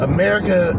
America